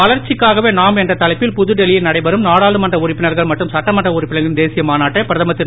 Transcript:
வளர்ச்சிக்காகவே நாம் என்ற தலைப்பில் புதுடெல்லியில் நடைபெறும் நாடாளுமன்ற உறுப்பினர்கள் மற்றும் சட்டமன்ற உறுப்பினர்களின் தேசிய மாநாட்டை பிரதமர் திரு